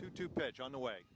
two to pitch on the way